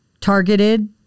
targeted